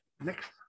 Next